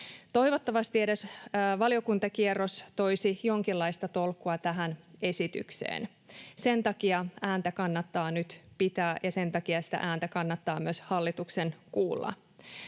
Toivottavasti edes valiokuntakierros toisi jonkinlaista tolkkua tähän esitykseen. Sen takia ääntä kannattaa nyt pitää, ja sen takia sitä ääntä kannattaa myös hallituksen kuulla.